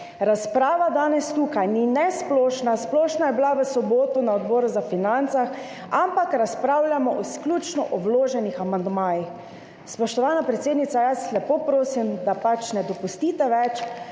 razprava danes tukaj ni splošna, splošna je bila v soboto na Odboru za finance, ampak razpravljamo izključno o vloženih amandmajih. Spoštovana predsednica, lepo prosim, da ne dopustite več